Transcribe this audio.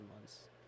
months